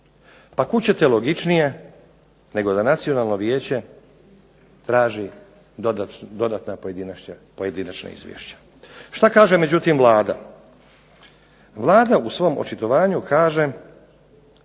Pa kud ćete logičnije nego da Nacionalno vijeće traži dodatna pojedinačna izvješća. Šta kaže međutim Vlada? Vlada u svom očitovanju kaže